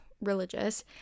religious